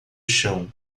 chão